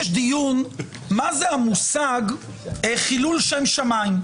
לגבי משמעות המושג "חילול שם שמיים".